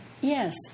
Yes